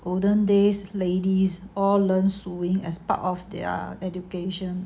olden days ladies all learn sewing as part of their education